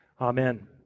Amen